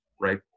right